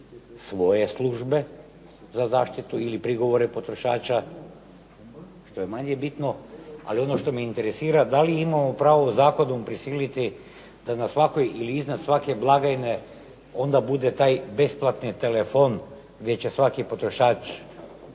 svoje službe za zaštitu ili prigovore potrošača, što je manje bitno, ali ono što me interesira da li imamo pravo zakonom prisiliti da na svakoj ili iznad svake blagajne onda bude taj besplatni telefon gdje će svaki potrošač